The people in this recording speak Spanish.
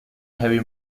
heavy